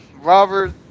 Robert